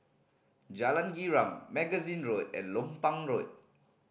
Jalan Girang Magazine Road and Lompang Road